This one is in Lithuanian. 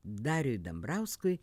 dariui dambrauskui